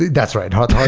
that's right. hard